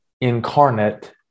incarnate